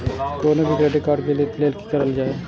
कोनो भी credit card लिए के लेल की करल जाय?